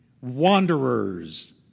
wanderers